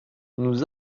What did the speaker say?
nous